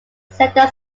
cedar